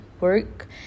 work